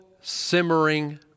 simmering